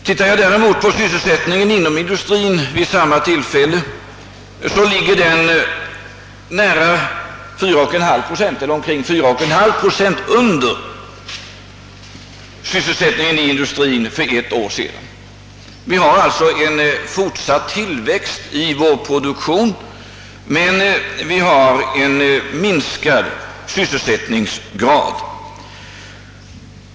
Däremot ligger siffran för sysselsättningen inom industrin vid samma tillfälle omkring 4,5 procent under motsvarande siffra för ett år sedan. Vi har alltså haft en fortsatt tillväxt av vår produktion men en minskning av sysselsättningsgraden.